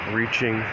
reaching